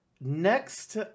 Next